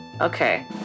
Okay